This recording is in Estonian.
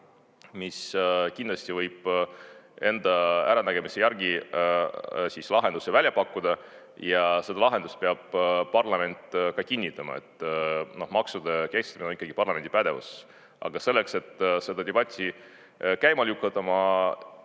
mis kindlasti võib enda äranägemise järgi lahendusi välja pakkuda. Ja seda lahendust peab parlament ka kinnitama, maksude kehtestamine on ikkagi parlamendi pädevus. Aga selleks, et seda debatti käima lükkama,